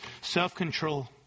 self-control